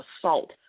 assault